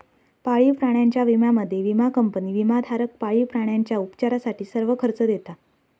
पाळीव प्राण्यांच्या विम्यामध्ये, विमा कंपनी विमाधारक पाळीव प्राण्यांच्या उपचारासाठी सर्व खर्च देता